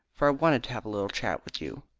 for i wanted to have a little chat with you.